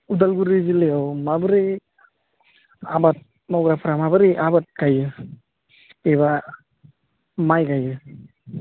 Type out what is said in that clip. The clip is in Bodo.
अदालगुरि जिल्लायाव माबोरै आबाद मावग्राफोरा माबोरै आबाद गायो एबा माइ गायो